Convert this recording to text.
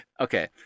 Okay